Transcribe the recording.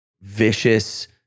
vicious